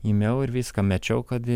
ėmiau ir viską mečiau kad